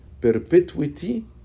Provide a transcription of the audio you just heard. perpetuity